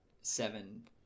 Seven